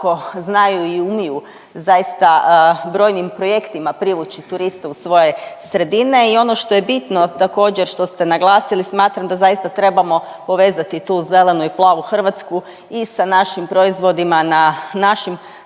znaju i umiju zaista brojnim projektima privući turiste u svoje sredine i ono što je bitno također što ste naglasili smatram da zaista trebamo povezati tu zelenu i plavu Hrvatsku i sa našim proizvodima na našim